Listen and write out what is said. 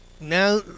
Now